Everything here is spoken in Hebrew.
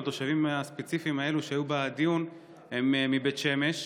אבל התושבים הספציפיים האלה שהיו בדיון הם מבית שמש,